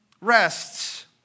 rests